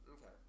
Okay